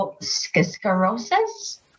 sclerosis